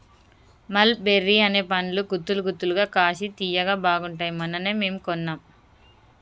మల్ బెర్రీ అనే పండ్లు గుత్తులు గుత్తులుగా కాశి తియ్యగా బాగుంటాయ్ మొన్ననే మేము కొన్నాం